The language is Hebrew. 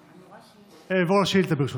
אעבור לשאילתה, ברשותך: